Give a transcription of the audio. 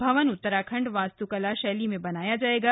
भवन उत्तराखण्ड वास्तुकला शैली में बनाया जायेगा